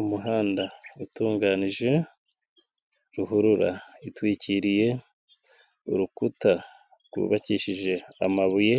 Umuhanda utunganije, ruhurura itwikiriye, urukuta rwubakishije amabuye,